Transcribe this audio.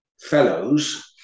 fellows